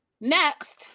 Next